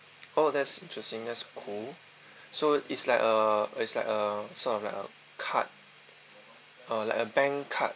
oh that's interesting that's cool so is like a is like a sort of like a card uh like a bank card